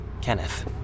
Kenneth